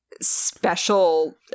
special